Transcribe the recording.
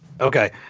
Okay